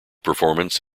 performance